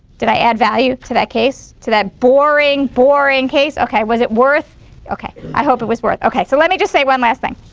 did i add value to that case? to that boring, boring case? okay, was it worth okay. i hope it was worth, okay. so let me just say one last thing.